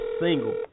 single